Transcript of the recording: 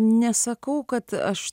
nesakau kad aš